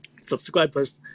subscribers